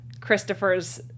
Christopher's